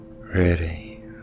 ready